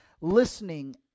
listening